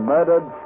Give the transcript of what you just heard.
Murdered